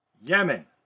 Yemen